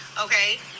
Okay